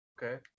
okay